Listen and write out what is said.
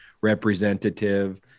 representative